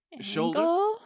Shoulder